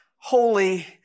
holy